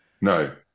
No